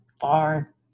far